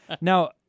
Now